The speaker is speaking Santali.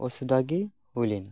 ᱚᱥᱩᱵᱤᱫᱟ ᱜᱮ ᱦᱩᱭ ᱞᱮᱱᱟ